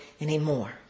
anymore